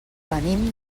venim